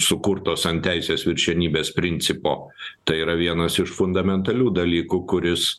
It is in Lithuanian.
sukurtos ant teisės viršenybės principo tai yra vienas iš fundamentalių dalykų kuris